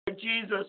Jesus